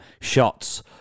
shots